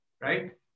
right